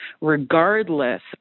regardless